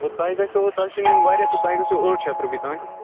وۅنۍ تۄہہِ گژھٮ۪و تۄہہِ چھُ نِنۍ واریاہ تہٕ تۄہہِ گژھِو ٲٹھ شَتھ رۄپیہِ تانۍ